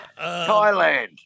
Thailand